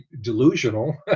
delusional